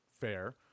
fair